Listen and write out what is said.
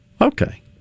Okay